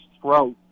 throat